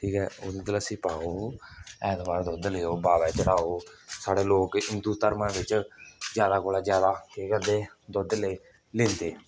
ठीक ऐ उ'नेंगी दलस्सी पाओ ऐतबार दुद्ध लैओ बाबे चढ़ाओ साढ़े लोक इक हिन्दू धर्मै बिच्च ज्यादा कोला ज्यादा केह् करदे दुद्ध ले लेंदे